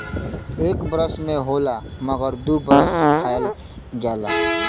एक बरस में होला मगर दू बरस खायल जाला